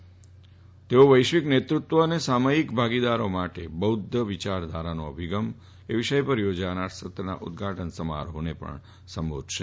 શ્રી નાયડ્ વૈશ્વિક નેતૃત્વ અને સામાચિક ભાગીદારી માટે બૌધ્ધ વિચારધારાનો અભિગમ આ વિષય પર યોજાનાર સત્રના ઉદઘાટન સમારોફમાં સંબોધન કરશે